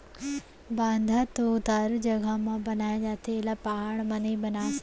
बांधा तो उतारू जघा म बनाए जाथे एला पहाड़ म नइ बना सकय